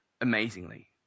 amazingly